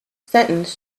sentence